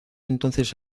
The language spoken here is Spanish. entonces